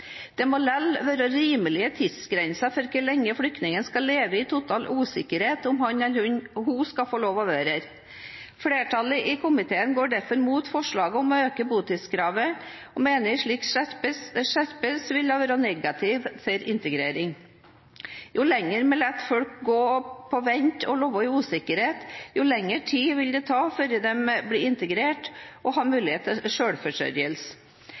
Det må likevel være rimelige tidsgrenser for hvor lenge flyktninger skal leve i total usikkerhet om hvorvidt han eller hun skal få lov til å bli her. Flertallet i komiteen går derfor mot forslaget om å øke botidskravet, og mener en slik skjerping vil være negativ for integrering. Jo lenger vi lar folk gå på vent og leve i usikkerhet, jo lengre tid vil det ta før de blir integrert og får muligheten til